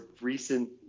recent